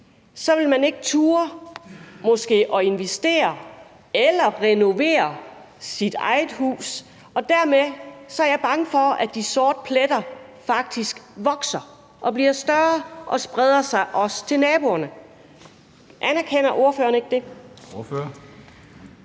at man måske ikke ville turde investere i eller renovere sit eget hus. Dermed er jeg bange for, at de sorte pletter faktisk vokser og bliver større og også spreder sig til naboerne. Anerkender ordføreren ikke det?